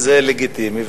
וזה לגיטימי.